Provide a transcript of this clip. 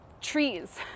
trees